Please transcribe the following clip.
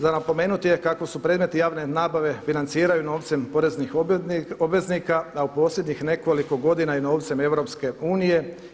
Za napomenuti je kako se predmeti javne nabave financiraju novcem poreznih obveznika, a u posljednjih nekoliko godina i novcem Europske unije.